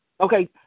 Okay